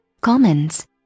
comments